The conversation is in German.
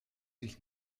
dich